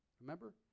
Remember